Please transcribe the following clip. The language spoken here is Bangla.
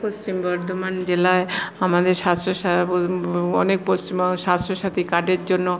পশ্চিম বর্ধমান জেলায় আমাদের স্বাস্থ্য সা অনেক পশ্চিমবঙ্গে স্বাস্থ্যসাথী কার্ডের জন্য